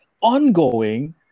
ongoing